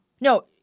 no